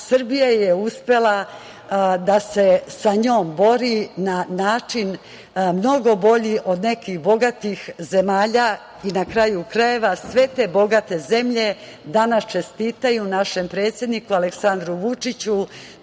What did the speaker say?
Srbija je uspela da se sa njom bori na način mnogo bolji od nekih bogatih zemalja. Na kraju krajeva sve te bogate zemlje danas čestitaju našem predsedniku Aleksandru Vučiću.